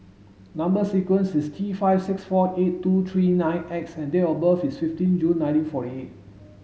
number sequence is T five six four eight two three nine X and date of birth is fifteen June nineteen forty eight